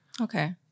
Okay